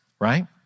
right